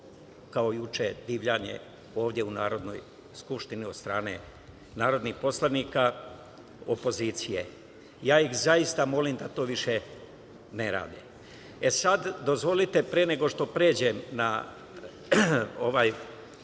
kao juče divljanje ovde u Narodnoj skupštini od strane narodnih poslanika opozicije. Ja ih zaista molim da to više ne rade. Sada, dozvolite pre nego što pređem na ovaj